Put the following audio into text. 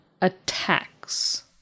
attacks